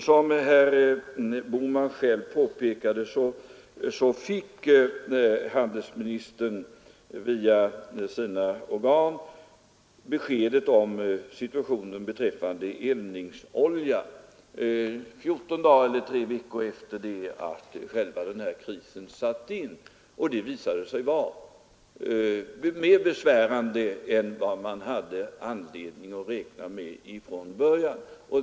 Som herr Bohman själv påpekade fick handelsministern via sina organ beskedet om situationen beträffande eldningsolja 14 dagar eller tre veckor efter det att själva oljekrisen satte in, och läget visade sig då vara mera besvärande än vad man haft anledning att räkna med från början.